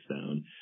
sound